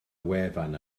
wefan